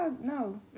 no